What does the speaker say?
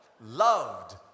loved